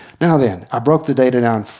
now then i broke the data down.